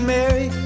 Mary